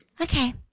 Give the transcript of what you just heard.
Okay